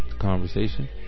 conversation